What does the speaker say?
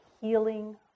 healing